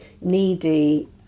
needy